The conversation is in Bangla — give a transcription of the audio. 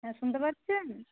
হ্যাঁ শুনতে পাচ্ছেন